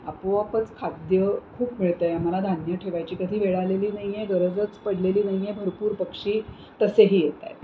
आपोआपच खाद्य खूप मिळतं आहे आम्हाला धान्य ठेवायची कधी वेळ आलेली नाही आहे गरजच पडलेली नाही आहे भरपूर पक्षी तसेही येत आहेत